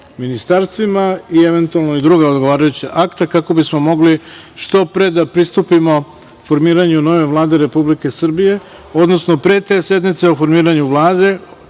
ministarstvima i eventualno i druga odgovarajuća akta kako bismo mogli što pre da pristupimo formiranju nove Vlade Republike Srbije, odnosno pre te sednice o izboru Vlade,